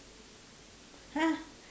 !huh!